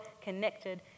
connected